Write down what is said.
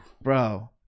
bro